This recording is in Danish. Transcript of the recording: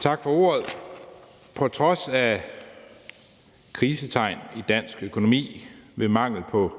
Tak for ordet. På trods af krisetegn i dansk økonomi vil mangel på